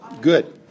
good